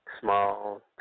Small